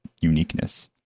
uniqueness